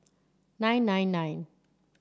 nine nine nine